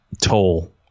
toll